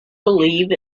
believe